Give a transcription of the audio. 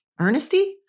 earnesty